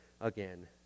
again